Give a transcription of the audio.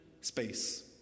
space